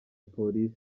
polisi